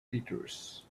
features